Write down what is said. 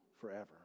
forever